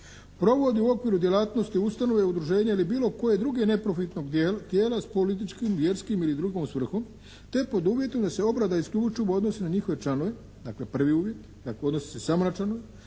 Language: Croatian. provodi u okviru djelatnosti ustanove, udruženja ili bilo kojeg drugog neprofitnog tijela s političkim, vjerskim ili drugom svrhom te pod uvjetom da se obrada isključivo odnosi na njihove članove, dakle prvi uvjet, dakle odnosi se samo na članove,